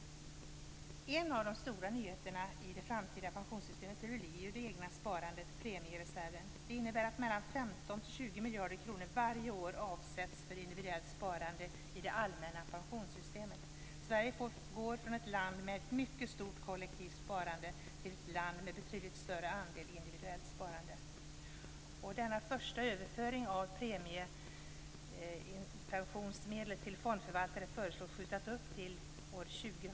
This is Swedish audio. En av de stora nyheterna i det framtida pensionssystemet blir det egna sparandet, premiereserven. Den innebär att mellan 15 och 20 miljarder kronor varje år avsätts för individuellt sparande i det allmänna pensionssystemet. Sverige går från att vara ett land med ett mycket stort kollektivt sparande till att bli ett land med betydligt större andel individuellt sparande. Denna första överföring av premiepensionsmedel till fondförvaltare föreslås skjutas upp till år 2000.